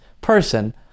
person